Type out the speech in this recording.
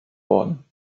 worden